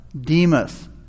Demas